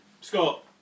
Scott